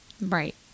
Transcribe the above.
Right